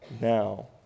now